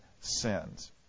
sins